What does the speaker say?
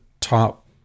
top